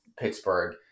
Pittsburgh